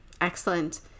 Excellent